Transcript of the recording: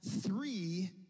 three